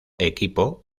equipo